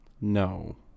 no